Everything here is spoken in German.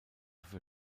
für